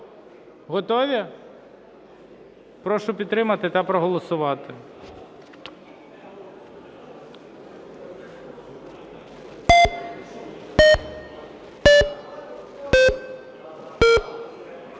Готові? Прошу підтримати та проголосувати.